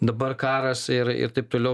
dabar karas ir ir taip toliau